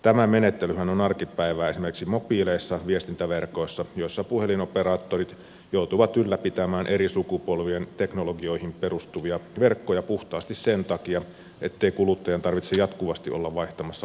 tämä menettelyhän on arkipäivää esimerkiksi mobiileissa viestintäverkoissa joissa puhelinoperaattorit joutuvat ylläpitämään eri sukupolvien teknologioihin perustuvia verkkoja puhtaasti sen takia ettei kuluttajan tarvitse jatkuvasti olla vaihtamassa luuriaan uuteen